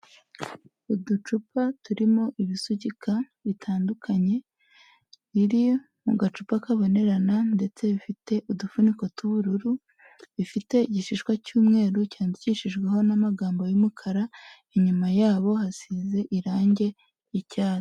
Uducupa turimo ibisugika bitandukanye, biri mu gacupa kabonerana ndetse bifite udufuniko tw'ubururu, bifite igishishwa cy'umweru cyandikishijweho n'amagambo y'umukara, inyuma yabo hasize irangi ry'icyatsi.